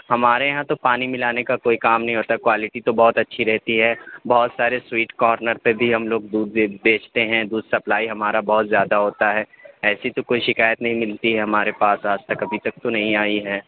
ہمارے یہاں تو پانی ملانے کا کوئی کام نہیں ہوتا ہے کوالٹی تو بہت اچھی رہتی ہے بہت سارے سویٹ کارنر پہ بھی ہم لوگ دودھ بیچتے ہیں دودھ سپلائی ہمارا بہت زیادہ ہوتا ہے ایسی تو کوئی شکایت نہیں ملتی ہے ہمارے پاس آج تک ابھی تک تو نہیں آئی ہے